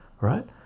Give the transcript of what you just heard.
right